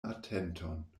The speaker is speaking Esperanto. atenton